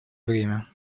время